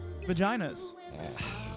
vaginas